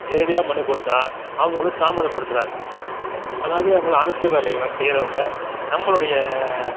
நேரடியாக மனு கொடுத்தால் அவங்களும் தாமதப்படுத்துகிறாங்க அதாவது அவங்களாம் அரசு வேலைகள் செய்கிறவங்க நம்மளுடைய